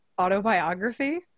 autobiography